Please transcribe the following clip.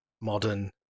modern